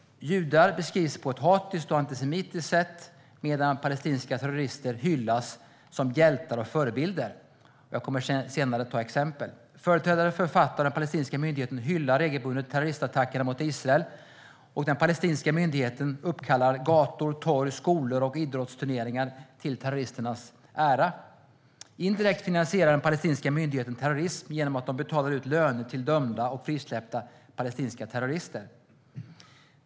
Judar beskrivs på ett hatiskt och antisemitiskt sätt, medan palestinska terrorister hyllas som hjältar och förebilder. Jag kommer senare att nämna några exempel. Företrädare för Fatah och den palestinska myndigheten hyllar regelbundet terroristattackerna mot Israel, och den palestinska myndigheten uppkallar gator, torg, skolor och idrottsturneringar till terroristernas ära. Indirekt finansierar den palestinska myndigheten terrorism genom att den betalar ut löner till dömda och frisläppta palestinska terrorister.